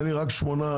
נדמה לי רק שמונה.